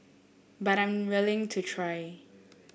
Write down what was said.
but I'm willing to try